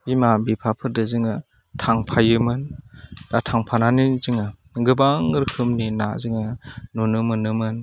बिमा बिफाफोरजों जोङो थांफायोमोन दा थांफानानै जोङो गोबां रोखोमनि ना जोङो नुनो मोनोमोन